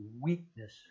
weakness